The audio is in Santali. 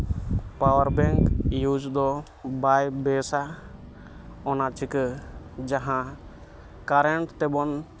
ᱯᱟᱣᱟᱨ ᱵᱮᱝᱠ ᱤᱭᱩᱡᱽ ᱫᱚ ᱵᱟᱭ ᱵᱮᱥᱟ ᱚᱱᱟ ᱪᱤᱠᱟᱹ ᱡᱟᱦᱟᱸ ᱠᱟᱨᱮᱱᱴ ᱛᱮᱵᱚᱱ